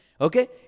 Okay